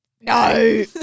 No